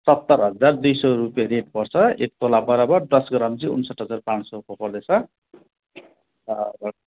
सत्तर हजार दुई सय रुपियाँ रेट पर्छ एक तोला बराबर दस ग्राम चाहिँ उन्सठ हजार पाँच सयको पर्दैछ र अब